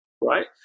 right